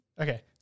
Okay